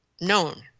known